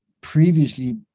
previously